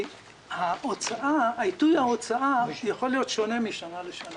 כי עיתוי ההוצאה יכול להיות שונה משנה לשנה